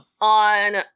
On